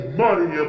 money